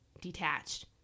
detached